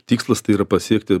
tikslas tai yra pasiekti